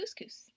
couscous